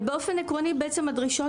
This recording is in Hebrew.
אבל באופן עקרוני בעצם הדרישות